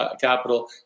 capital